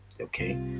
Okay